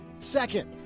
second,